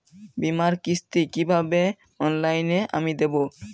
বীমার কিস্তি কিভাবে অনলাইনে আমি দেবো?